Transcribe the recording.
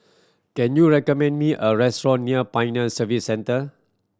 can you recommend me a restaurant near Pioneer Service Centre